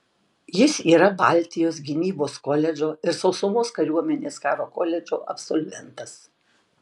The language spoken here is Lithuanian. jis yra baltijos gynybos koledžo ir sausumos kariuomenės karo koledžo absolventas